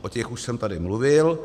O těch už jsem tady mluvil.